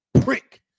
prick